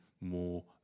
more